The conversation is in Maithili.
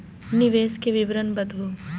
निवेश के विवरण बताबू?